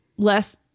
less